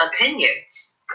opinions